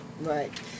Right